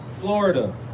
Florida